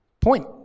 point